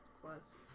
plus